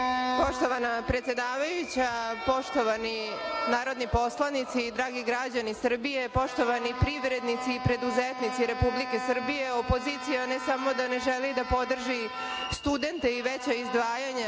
Poštovana predsedavajuća, poštovani narodni poslanici, dragi građani Srbije, poštovani privrednici i preduzetnici Republike Srbije, opozicija ne samo da ne želi da podrži studente i veća izdvajanja